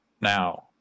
Now